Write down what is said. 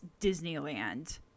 Disneyland